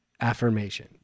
affirmation